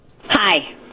Hi